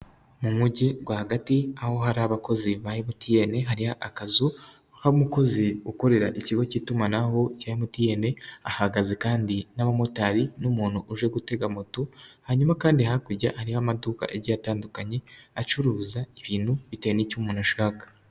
Mu mujyi rwagati aho hari abakozi ba MTN hari akazu, aho umukozi ukorera ikigo cy'itumanaho cya MTN hagaze kandi n'abamotari n'umuntu uje gutega moto, hanyuma kandi hakurya hariho amaduka agiye atandukanye acuruza ibintu bitewe n'icyo umuntu ashaka.